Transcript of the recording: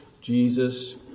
Jesus